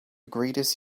greatest